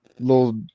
little